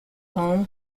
home